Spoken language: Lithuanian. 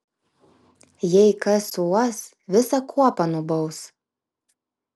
jei kas suuos visą kuopą nubaus